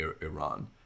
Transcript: Iran